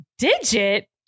Digit